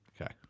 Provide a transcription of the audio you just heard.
Okay